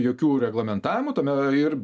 jokių reglamentavimų tame ir